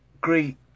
great